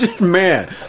man